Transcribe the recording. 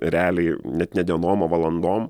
realiai net ne dienom o valandom